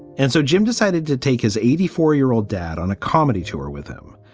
and so jim decided to take his eighty four year old dad on a comedy tour with him,